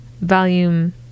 Volume